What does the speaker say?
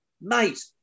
mate